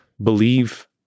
believe